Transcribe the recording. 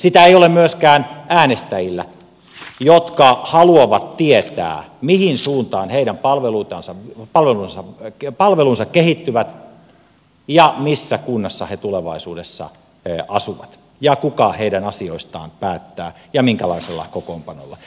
niitä ei ole myöskään äänestäjillä jotka haluavat tietää mihin suuntaan heidän palvelunsa kehittyvät ja missä kunnassa he tulevaisuudessa asuvat ja kuka heidän asioistaan päättää ja minkälaisella kokoonpanolla